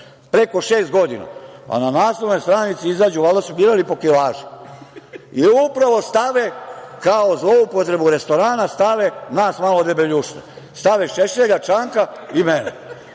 preko šest godina, a na naslovnoj stranici izađu, valjda su birali po kilaži, upravo stave, kao zloupotrebu restorana, stave nas malo debeljušne, stave Šešelja, Čanka i mene.